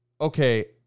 okay